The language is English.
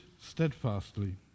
steadfastly